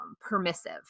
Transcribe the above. permissive